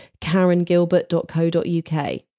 karengilbert.co.uk